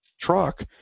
truck